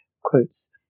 quotes